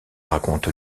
raconte